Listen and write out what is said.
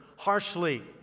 harshly